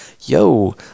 yo